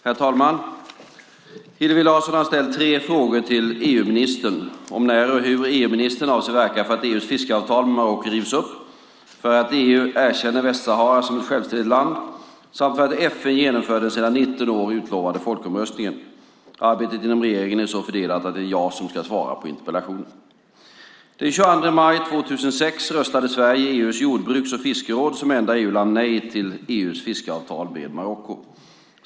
Herr talman! Hillevi Larsson har ställt tre frågor till EU-ministern om när och hur EU-ministern avser att verka för att EU:s fiskeavtal med Marocko rivs upp, för att EU erkänner Västsahara som ett självständigt land samt för att FN genomför den sedan 19 år utlovade folkomröstningen. Arbetet inom regeringen är så fördelat att det är jag som ska svara på interpellationen. Den 22 maj 2006 röstade Sverige i EU:s jordbruks och fiskeråd som enda EU-land nej till EU:s fiskeavtal med Marocko.